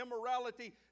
immorality